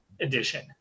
edition